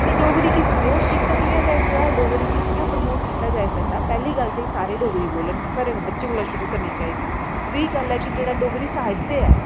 ते डोगरी प्रमोट कि'यां किता जाई सकदा डोगरी इ' जां प्रमोट करी जाई सकदा पैह्ली गल्ल ते सारें डोगरी बोलन घरें दे बच्चें कोला शूरू करनी चाहिदी दूई गल्ल ऐ जेह्ड़ा डोगरी साहित्य ऐ